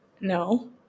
No